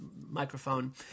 microphone